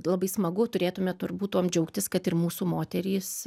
labai smagu turėtume turbūt tuom džiaugtis kad ir mūsų moterys